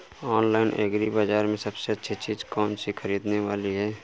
Online agri बाजार में सबसे अच्छी चीज कौन सी ख़रीदने वाली है?